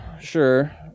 sure